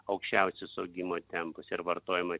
aukščiausius augimo tempus ir vartojimui